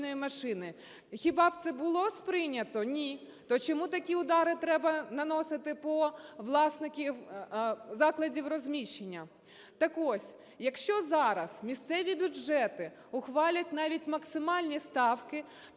Хіба б це було сприйнято? Ні. То чому такі удари треба наносити по власникам закладів розміщення. Так ось, якщо зараз місцеві бюджети ухвалять навіть максимальні ставки,